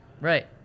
Right